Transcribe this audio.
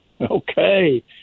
Okay